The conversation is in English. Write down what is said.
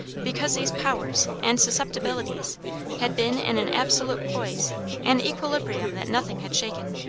because these powers and susceptibilities had been in an absolute poise an equilibrium that nothing had shaken.